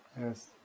Yes